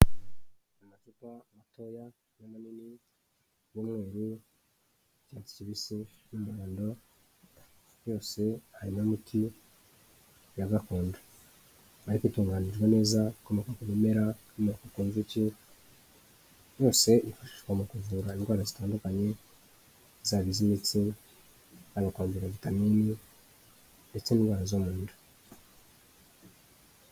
Amacupa matoya n'amanini y'umweru, y'icyatsi kibisi n'umuhodo yose arimo imiti ya gakondo. Ariko itunganyijwe neza ikomoka ku bimera ikomoka ku nzuki yose yifashishwa mu kuvura indwara zitandukanye zaba iz'imitsi, ari ukongera vitamini ndetse n'indwara zo mu nda.